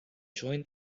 join